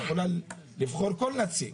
היא יכולה לבחור כל נציג.